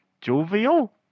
jovial